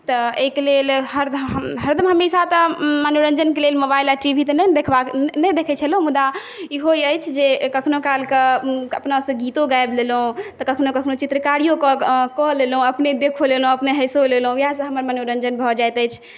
तऽ एहिके लेल हरदम हमेशा तऽ मनोरञ्जनके लेल मोबाइल आ टी वी तऽ नहि ने देखबाक नहि देखै छै लोक मुदा इहो अछि जे कखनहुँ कालकए अपनासँ गीतो गाबि लेलहुँ तऽ कखनहुँ कखनहुँ चित्रकारिओ कऽ लेलहुँ अपने देखिओ लेलहुँ अपने हँसिओ लेलहुँ इएहसँ हमर मनोरञ्जन भऽ जाइत अछि